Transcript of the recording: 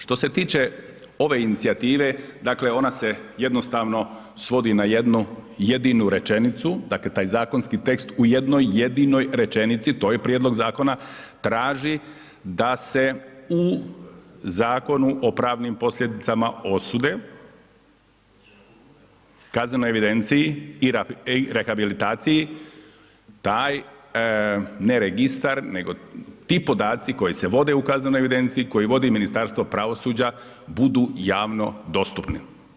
Što se tiče ove inicijative, dakle ona se jednostavno svodi na jednu jedinu rečenicu, dakle taj zakonski tekstu u jednoj jedinoj rečenici to je prijedlog zakona, traži da se u Zakonu o pravnim posljedicama osude, kaznenoj evidenciji i rehabilitaciji, taj ne registar, nego ti podaci koji se vode u kaznenoj evidenciji, koji vodi Ministarstvo pravosuđa budu javno dostupni.